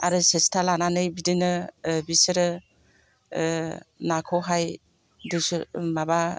आरो सेसथा लानानै बिदिनो बिसोरो नाखौहाय माबा